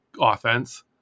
offense